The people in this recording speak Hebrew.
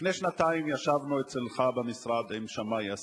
לפני שנתיים ישבנו אצלך במשרד עם שמאי אסיף,